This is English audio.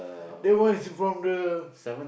then why is from the